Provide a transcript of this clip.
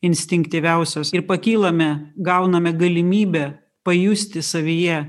instinktyviausios ir pakylame gauname galimybę pajusti savyje